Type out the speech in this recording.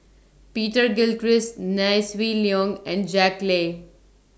Peter Gilchrist Nai Swee Leng and Jack Lai